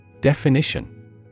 Definition